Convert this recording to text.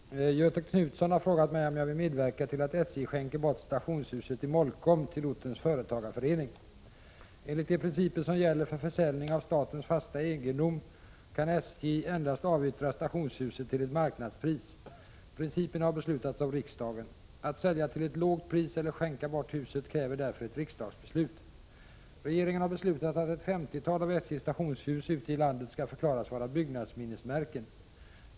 Fru talman! Göthe Knutson har frågat mig om jag vill medverka till att SJ skänker bort stationshuset i Molkom till ortens företagarförening. Enligt de principer som gäller för försäljning av statens fasta egendom kan SJ endast avyttra stationshuset till ett marknadspris. Principerna har 67 beslutats av riksdagen. Att sälja till ett lågt pris eller skänka bort huset kräver därför ett riksdagsbeslut. Regeringen har beslutat att ett femtiotal av SJ:s stationshus ute i landet skall förklaras vara byggnadsminnesmärken.